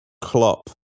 Klopp